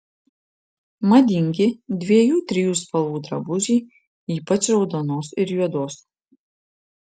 madingi dviejų trijų spalvų drabužiai ypač raudonos ir juodos